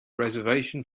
reservation